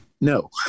No